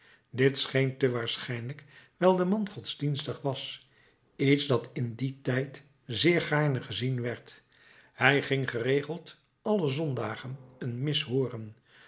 dit scheen te waarschijnlijker wijl de man godsdienstig was iets dat in dien tijd zeer gaarne gezien werd hij ging geregeld alle zondagen een mis hooren